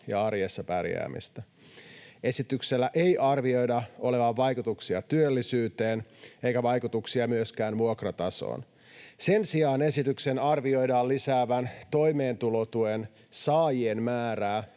ja arjessa pärjäämistä. Esityksellä ei arvioida olevan vaikutuksia työllisyyteen eikä vaikutuksia myöskään vuokratasoon. Sen sijaan esityksen arvioidaan lisäävän toimeentulotuen saajien määrää